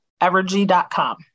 Evergy.com